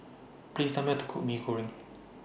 Please Tell Me How to Cook Mee Goreng